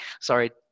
Sorry